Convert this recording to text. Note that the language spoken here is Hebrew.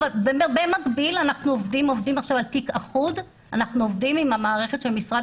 במקביל אנחנו עובדים על תיק אחוד עם המערכת של משרד